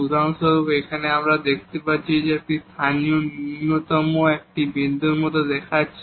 উদাহরণস্বরূপ এখানে আমরা দেখতে পাচ্ছি যে এটি লোকাল মিনিমা একটি বিন্দুর মতো দেখাচ্ছে